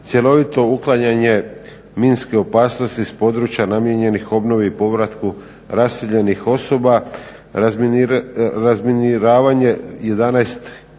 cjelovito uklanjanje minske opasnosti s područja namijenjenih obnovi i povratku raseljenih osoba, razminiravanje 11